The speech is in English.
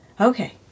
Okay